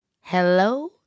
Hello